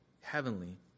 heavenly